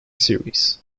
series